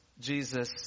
Jesus